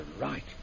right